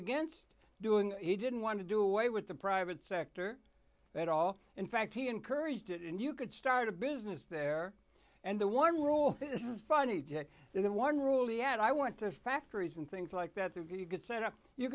against doing he didn't want to do away with the private sector at all in fact he encouraged it and you could start a business there and the one rule this is funny that one rule he and i went to factories and things like that if you could set up you